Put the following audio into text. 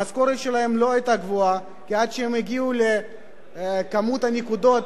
המשכורת שלהם לא היתה גבוהה כי עד שהם הגיעו למספר הנקודות